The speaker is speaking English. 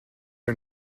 are